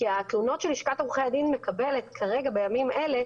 כי התלונות שלשכת עורכי הדין מקבלת כרגע בימים אלה,